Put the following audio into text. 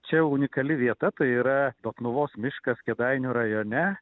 čia unikali vieta tai yra dotnuvos miškas kėdainių rajone